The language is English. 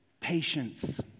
Patience